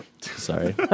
sorry